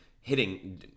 hitting